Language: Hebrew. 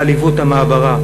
לעליבות המעברה,